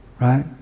Right